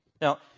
Now